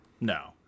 No